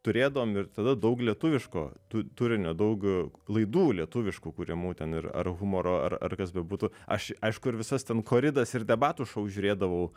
turėdavom ir tada daug lietuviško tu turinio daug laidų lietuviškų kuriamų ten ir ar humoro ar ar kas bebūtų aš aišku ir visas ten koridas ir debatų šou žiūrėdavau